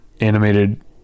animated